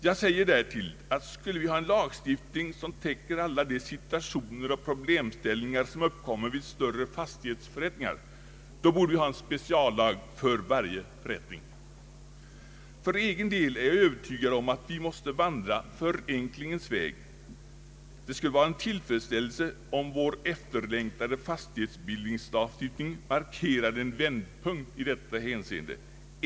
Jag säger därtill, att skulle vi ha en lagstiftning, som täcker alla de situationer och = problemställningar, som uppkommer vid större fastighetsförrättningar, då borde vi ha en speciallag för varje förrättning. För egen del är jag övertygad om att vi måste vandra förenklingens väg. Det skulle vara en tillfredsställelse, om vår efterlängtade fastighetsbildningslagstiftning markerade en vändpunkt i detta hänseende.